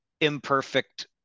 imperfect